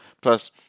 Plus